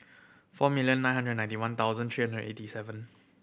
four million nine hundred ninety one thousand three hundred and eighty seven